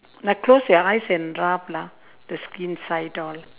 like close your eyes and rub lah the skin side all